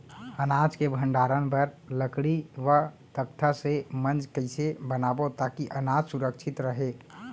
अनाज के भण्डारण बर लकड़ी व तख्ता से मंच कैसे बनाबो ताकि अनाज सुरक्षित रहे?